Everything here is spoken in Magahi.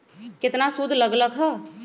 केतना सूद लग लक ह?